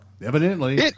Evidently